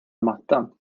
mattan